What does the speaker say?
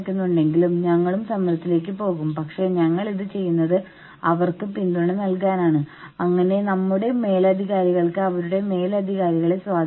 പലപ്പോഴും ജീവനക്കാർ എന്ന നിലയിൽ ചില ഉയർന്ന തലത്തിൽ എടുക്കുന്ന തീരുമാനങ്ങൾ നമ്മുടെ മേൽ അടിച്ചേൽപ്പിക്കപ്പെടുന്നു എന്ന് നമ്മൾക്ക് തോന്നുന്നു